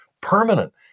permanent